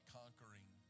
conquering